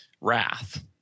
wrath